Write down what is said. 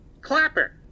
Clapper